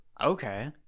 okay